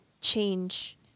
change